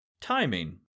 Timing